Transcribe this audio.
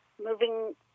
moving